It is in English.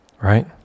Right